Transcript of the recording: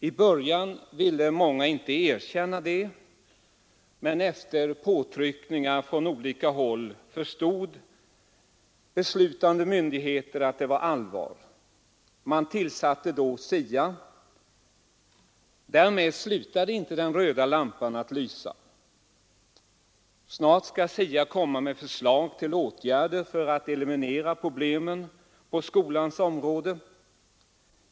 I början ville många inte erkänna detta, men efter påtryckningar från olika håll förstod beslutande myndigheter att det var allvar, och då tillsattes SIA. Men därmed slutade inte den röda lampan att lysa. Snart skall SIA komma med förslag till åtgärder för att eliminera problemen på skolans område.